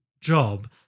job